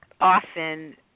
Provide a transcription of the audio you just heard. often